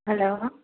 hello